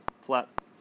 flat